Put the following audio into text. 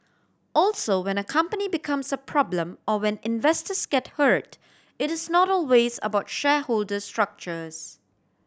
also when a company becomes a problem or when investors get hurt it is not always about shareholder structures